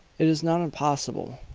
it is not impossible.